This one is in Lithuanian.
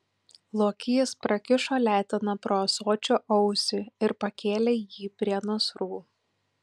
lokys prakišo leteną pro ąsočio ausį ir pakėlė jį prie nasrų